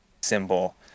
symbol